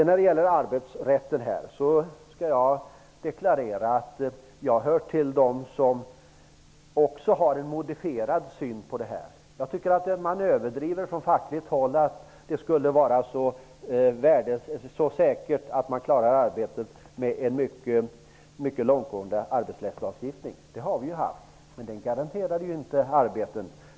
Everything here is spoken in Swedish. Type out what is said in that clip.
När det gäller arbetsrätten skall jag deklarera att jag hör till dem som också har en modifierad syn på den. Jag tycker att man från fackligt håll överdriver möjligheterna att klara arbetena med en mycket långtgående arbetsrättslagstiftning. En sådan har vi haft, men den garanterade ju inte arbeten.